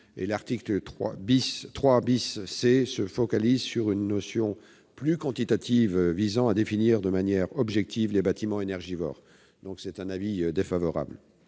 L'article 3 C se focalise sur une notion plus quantitative visant à définir de manière objective les bâtiments énergivores. La commission émet